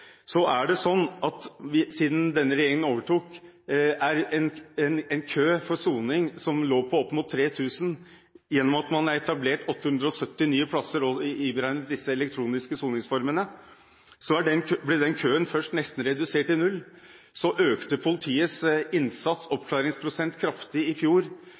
sånn at da denne regjeringen overtok, var det en kø for soning som lå på opp mot 3 000. Gjennom at man har etablert 870 nye plasser, iberegnet de elektroniske soningsformene, ble den køen redusert til nesten null. Så økte politiets innsats, oppklaringsprosent, kraftig i fjor,